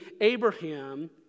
Abraham